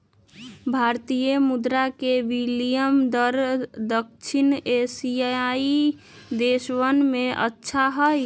भारतीय मुद्र के विनियम दर दक्षिण एशियाई देशवन में अच्छा हई